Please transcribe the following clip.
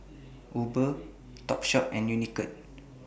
Uber Topshop and Unicurd